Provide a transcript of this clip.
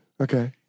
Okay